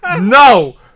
No